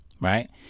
Right